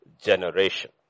generation